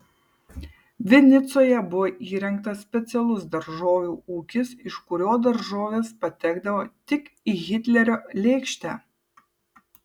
vinicoje buvo įrengtas specialus daržovių ūkis iš kurio daržovės patekdavo tik į hitlerio lėkštę